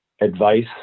advice